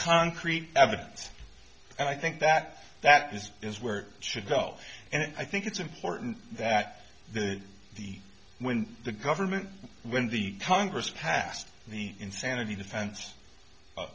concrete evidence and i think that that is is where it should go and i think it's important that the when the government when the congress passed the insanity defense